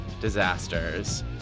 disasters